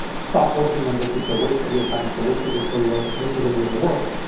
stop working on this, it's a waste of your time, it's a waste of your career, this isn't real work.